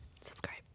Subscribe